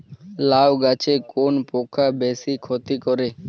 লাউ গাছে কোন পোকা বেশি ক্ষতি করে?